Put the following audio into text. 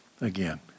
again